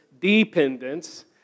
dependence